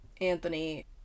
Anthony